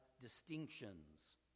distinctions